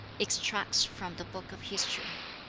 extracts from the book of history